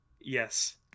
Yes